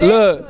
Look